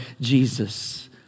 Jesus